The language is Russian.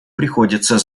приходится